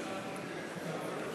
אורי יהודה אריאל הכהן.